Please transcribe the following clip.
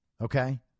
Okay